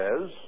says